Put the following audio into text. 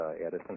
Edison